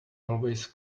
always